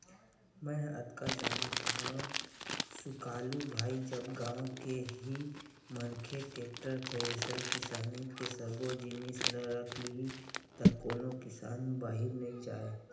मेंहा अतका जानथव सुकालू भाई जब गाँव के ही मनखे टेक्टर, थेरेसर किसानी के सब्बो जिनिस ल रख लिही त कोनो किसान बाहिर नइ जाय